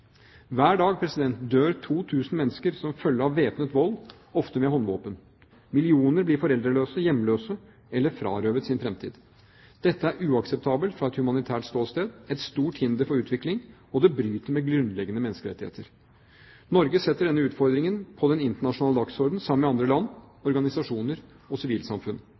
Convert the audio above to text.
Hver dag dør 2 000 mennesker som følge av væpnet vold, ofte med håndvåpen. Millioner blir foreldreløse, hjemløse eller frarøvet sin fremtid. Dette er uakseptabelt fra et humanitært ståsted, et stort hinder for utvikling, og det bryter med grunnleggende menneskerettigheter. Norge setter denne utfordringen på den internasjonale dagsordenen sammen med andre land, organisasjoner og sivilsamfunn.